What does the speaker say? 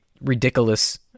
ridiculous